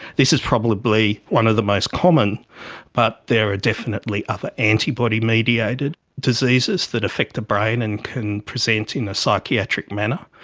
this is probably one of the most common but there are definitely other antibody-mediated diseases that affect the brain and can present in a psychiatric manner.